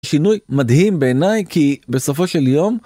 שינוי מדהים בעיניי כי בסופו של יום.